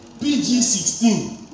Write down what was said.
PG-16